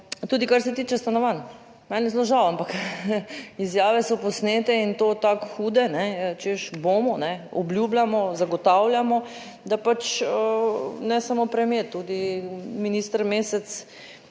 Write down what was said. tudi kar se tiče stanovanj, meni je zelo žal, ampak izjave so posnete in to tako hude, češ bomo, obljubljamo, zagotavljamo, da pač ne samo premier, tudi minister Mesec.